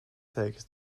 tekens